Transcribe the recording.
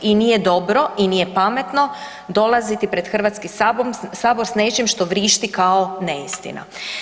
I nije dobro i nije pametno dolaziti pred Hrvatski sabor s nečim što vrišti kao neistina.